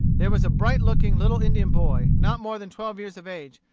there was a bright-looking little indian boy, not more than twelve years of age,